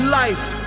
life